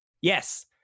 Yes